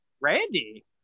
randy